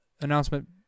announcement